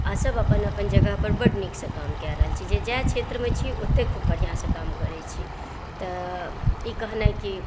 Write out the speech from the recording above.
आ सब अपन अपन जगह पर बड्ड नीकसँ काम कए रहल छी जे जाहि क्षेत्रमे छी ओतय खूब बढ़िऑंसँ काम करै छी तऽ ई कहनाइ कि